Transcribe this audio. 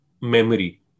memory